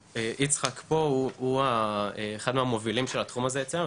יצחק פה הוא אחד מהמובילים של התחום הזה אצלנו,